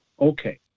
Okay